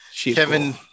Kevin